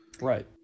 Right